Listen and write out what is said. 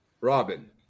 Robin